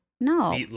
no